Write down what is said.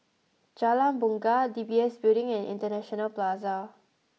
Jalan Bungar D B S Building and International Plaza